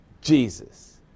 Jesus